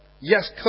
Yes